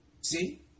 See